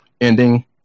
ending